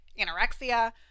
anorexia